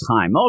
time